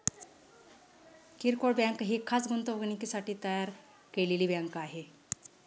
किरकोळ बँक ही खास गुंतवणुकीसाठी तयार केलेली बँक आहे